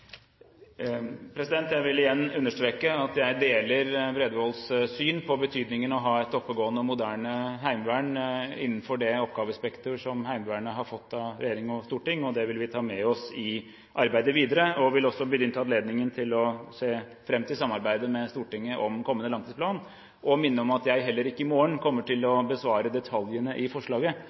Jeg vil igjen understreke at jeg deler Bredvolds syn på betydningen av å ha et oppegående og moderne heimevern innenfor det oppgavespekter som Heimevernet har fått av regjering og storting. Det vil vi ta med oss i arbeidet videre. Jeg vil også benytte anledningen til å si at jeg ser fram til samarbeidet med Stortinget om kommende langtidsplan, og vil minne om at jeg heller ikke i morgen kommer til å besvare detaljene i forslaget